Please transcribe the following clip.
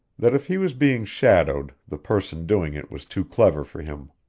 that if he was being shadowed the person doing it was too clever for him.